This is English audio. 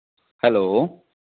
hello